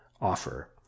Offer